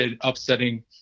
upsetting